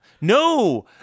No